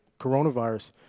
coronavirus